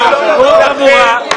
נכון.